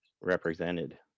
represented